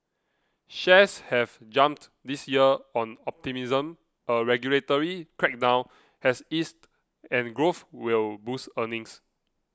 shares have jumped this year on optimism a regulatory crackdown has eased and growth will boost earnings